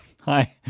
Hi